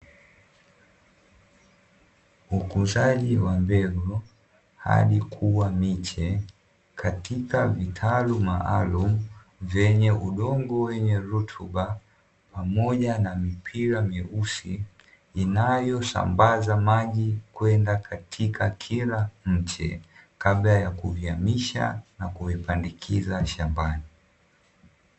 Ukuzaji wa mbegu hadi kuwa miche katika vitalu maalumu vyenye udongo wenye rutuba pamoja na mipira meusi, inayosambaza maji kwenda katika kila mche kabla ya kuihamisha na kuipandikiza shambani.